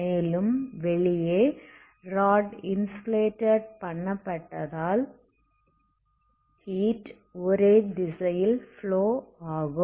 மேலும் வெளியே rod insulated பண்ணப்பட்டதால் ஹீட் ஒரே திசையில் ஃப்ளோ ஆகும்